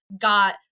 got